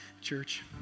church